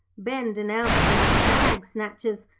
ben denounced them as bag snatchers,